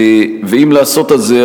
ואם לעשות את זה,